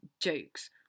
jokes